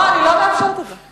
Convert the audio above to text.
מה, לא, אני לא מאפשרת את זה.